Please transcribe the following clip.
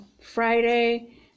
friday